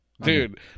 Dude